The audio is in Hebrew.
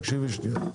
תקשיבי רגע.